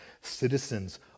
citizens